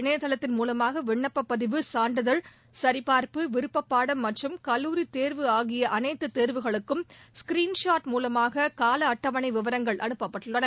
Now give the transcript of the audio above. இணையதளத்தின் மூலமாக விண்ணப்பப்பதிவு சான்றிதழ் சுரிபார்ப்பு விருப்பப்பாடம் மற்றும் கல்லூரித் தேர்வு ஆகிய அனைத்து தேர்வுகளுக்கும் ஸ்கீரின் ஷாட் மூலமாக கால அட்டவணை விவரங்கள் அனுப்பப்பட்டுள்ளன